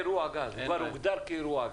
היה אירוע גז, כבר הוגדר כאירוע גז.